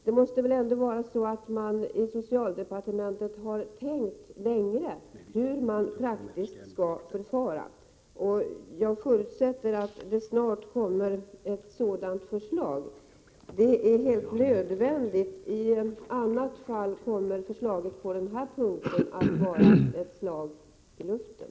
Man måste väl ändå i socialdepartementet ha tänkt längre och bestämt hur man praktiskt skall förfara. Jag förutsätter att det snart kommer ett sådant förslag. Det är helt nödvändigt. I annat fall kommer propositionens förslag på denna punkt att vara ett slag i luften.